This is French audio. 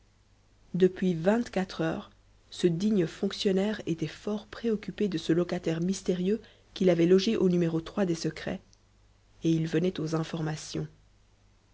depuis vingt-quatre heures ce digne fonctionnaire était fort préoccupé de ce locataire mystérieux qu'il avait logé au numéro des secrets et il venait aux informations